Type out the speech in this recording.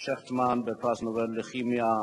שכן החוק בעיקרו מרע את המצב הקיים בכך שהוא